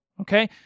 okay